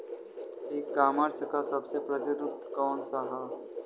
ई कॉमर्स क सबसे प्रचलित रूप कवन सा ह?